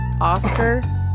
Oscar